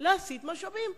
להסיט משאבים.